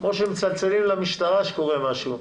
כמו שמצלצלים למשטרה כשקורה משהו,